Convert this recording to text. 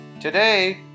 Today